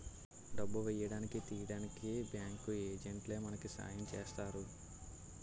డబ్బు వేయడానికి తీయడానికి బ్యాంకు ఏజెంట్లే మనకి సాయం చేస్తారు